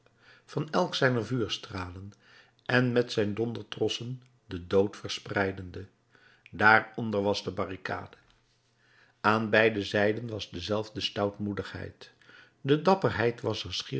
van elk zijner vuurstralen en met zijn dondertrossen den dood verspreidende daaronder was de barricade aan beide zijden was dezelfde stoutmoedigheid de dapperheid was